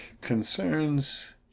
concerns